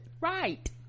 right